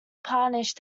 parish